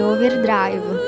Overdrive